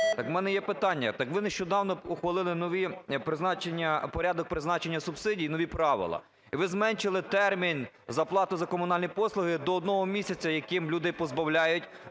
у мене є питання: так ви нещодавно ухвалили нові призначення… порядок призначення субсидій, нові правила, і ви зменшили термін за плату за комунальні послуги до одного місяця, яким людей позбавляють